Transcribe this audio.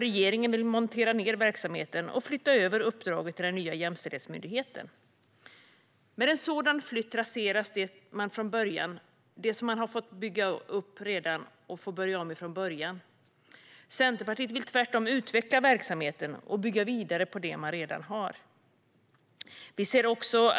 Regeringen vill montera ned verksamheten och flytta över uppdraget till den nya jämställdhetsmyndigheten. Med en sådan flytt raseras det som redan har byggts upp, så man får börja om från början. Centerpartiet vill tvärtom utveckla verksamheten och bygga vidare på det som man redan har.